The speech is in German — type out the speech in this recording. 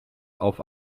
auf